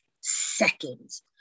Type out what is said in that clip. seconds